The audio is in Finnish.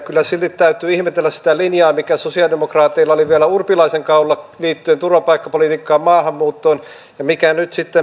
kyllä silti täytyy ihmetellä sitä linjaa mikä sosialidemokraateilla oli vielä urpilaisen kaudella liittyen turvapaikkapolitiikkaan maahanmuuttoon ja sitä mikä nyt sitten on rinteen kaudella